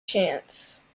chance